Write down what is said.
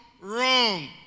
wrong